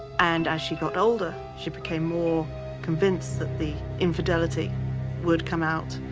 and as she got older, she became more convinced that the infidelity would come out,